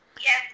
Yes